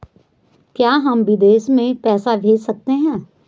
क्या हम विदेश में पैसे भेज सकते हैं?